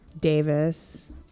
Davis